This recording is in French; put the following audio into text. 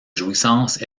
jouissances